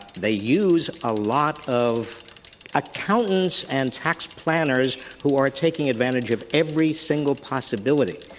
they use a lot of accountants and tax planners who are taking advantage of every single possibility.